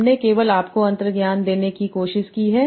हमने केवल आपको अंतर्ज्ञान देने की कोशिश की है